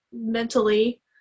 mentally